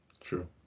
True